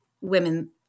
women